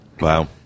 Wow